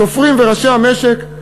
סופרים וראשי המשק,